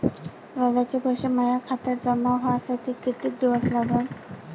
व्याजाचे पैसे माया खात्यात जमा व्हासाठी कितीक दिवस लागन?